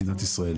מדינת ישראל.